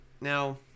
now